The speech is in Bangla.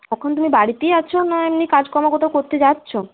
এখন তুমি বাড়িতেই আছো না এমনি কাজকর্ম কোথাও করতে যাচ্ছ